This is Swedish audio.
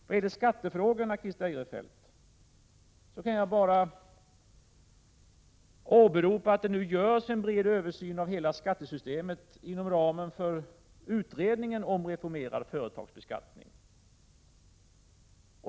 Vad gäller skattefrågorna, Christer Eirefelt, kan jag bara åberopa att det nu görs en bred översyn av hela skattesystemet, inom ramen för utredningen om en reformerad företagsbeskattning.